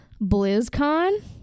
BlizzCon